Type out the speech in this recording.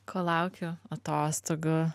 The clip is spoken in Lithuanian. ko laukiu atostogų